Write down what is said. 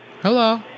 Hello